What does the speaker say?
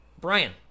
Brian